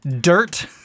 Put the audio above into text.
dirt